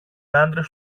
άντρες